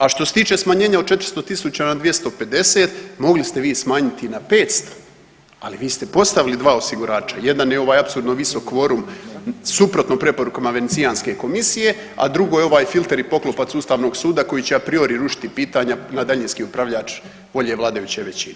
A što se tiče smanjenja od 400 tisuća na 250 mogli ste vi smanjiti i na 500, ali vi ste postavili dva osigurača, jedan je ovaj apsurdno visok kvorum suprotno preporukama Venecijanske komisije, a drugo je ovaj filter i poklopac ustavnog suda koji će apriori rušiti pitanja na daljinski upravljač volje vladajuće većine.